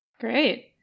Great